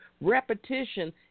repetition